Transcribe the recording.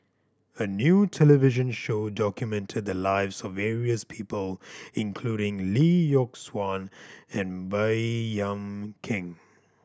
a new television show documented the lives of various people including Lee Yock Suan and Baey Yam Keng